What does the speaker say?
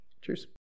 Cheers